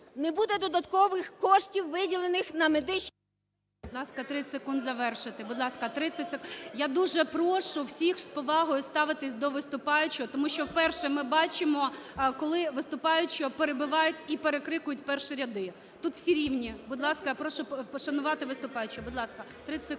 не буде додаткових коштів, виділених на… ГОЛОВУЮЧИЙ. Будь ласка, 30 секунд завершити, будь ласка, 30 секунд. Я дуже прошу всіх з повагою ставитись до виступаючого, тому що вперше ми бачимо, коли виступаючого перебивають і перекрикують перші ряди, тут всі рівні. Будь ласка, прошу пошанувати виступаючого. Будь ласка, 30 секунд.